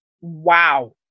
wow